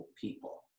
people